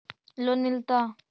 Loan मिलता?